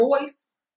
voice